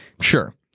Sure